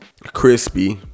Crispy